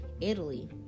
Italy